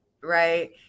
right